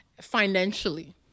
financially